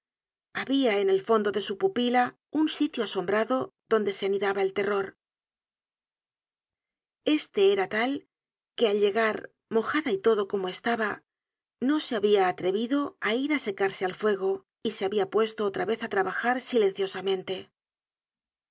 habia en el fondo de su pupila un sitio asombrado donde se anidaba el terror este era tal que al llegar mojada y todo como estaba no se habia atrevido á ir á secarse al fuego y se habia puesto otra vez á trabajar silenciosamente